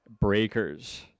breakers